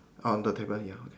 on the table ya